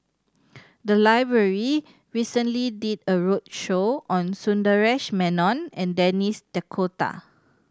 the library recently did a roadshow on Sundaresh Menon and Denis D'Cotta